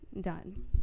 done